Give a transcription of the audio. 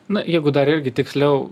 na jeigu dar irgi tiksliau